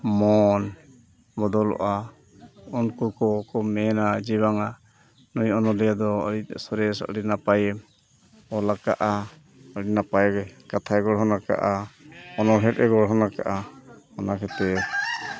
ᱢᱚᱱ ᱵᱚᱫᱚᱞᱚᱜᱼᱟ ᱩᱱᱠᱩ ᱠᱚᱠᱚ ᱢᱮᱱᱟ ᱡᱮ ᱵᱟᱝᱟ ᱱᱩᱭ ᱚᱱᱚᱞᱤᱭᱟᱹ ᱫᱚ ᱟᱹᱰᱤ ᱛᱮᱫ ᱥᱚᱨᱮᱥ ᱟᱹᱰᱤ ᱱᱟᱯᱟᱭᱮ ᱚᱞ ᱠᱟᱜᱼᱟ ᱟᱹᱰᱤ ᱱᱟᱯᱟᱭ ᱜᱮ ᱠᱟᱛᱷᱟᱭ ᱜᱚᱲᱦᱚᱱ ᱠᱟᱜᱼᱟ ᱚᱱᱚᱬᱦᱮᱫ ᱜᱚᱲᱦᱚᱱ ᱠᱟᱜᱼᱟ ᱚᱱᱟ ᱠᱷᱟᱹᱛᱤᱨ